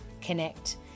connect